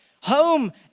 Home